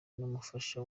n’umufasha